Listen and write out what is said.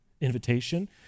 invitation